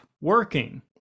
working